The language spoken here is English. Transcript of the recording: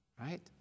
Right